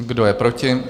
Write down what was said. Kdo je proti?